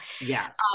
yes